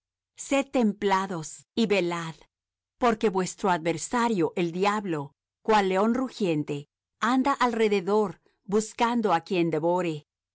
sed templados y velad porque vuestro adversario el diablo cual león rugiente anda alrededor buscando á quien devore